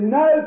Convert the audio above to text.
no